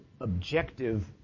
objective